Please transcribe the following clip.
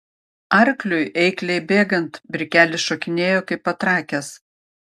arkliui eikliai bėgant brikelis šokinėjo kaip patrakęs